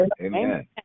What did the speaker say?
Amen